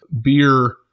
beer